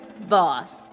BOSS